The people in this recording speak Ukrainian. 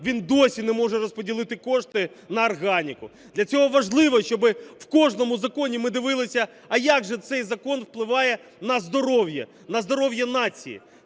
він досі не може розподілити кошти на органіку. Для цього важливо, щоб у кожному законі ми дивилися, а як же цей закон впливає на здоров'я – на здоров'я нації.